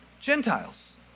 Gentiles